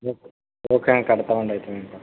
okay okay అండి కడతామండి అయితే మేము